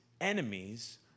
enemies